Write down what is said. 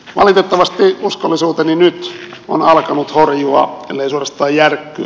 valitettavasti uskollisuuteni nyt on alkanut horjua ellei suorastaan järkkyä